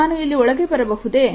ನಾನು ಇಲ್ಲಿ ಒಳಗೆ ಬರಬಹುದೇ